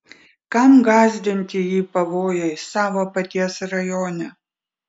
kam gąsdinti jį pavojais savo paties rajone